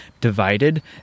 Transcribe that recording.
divided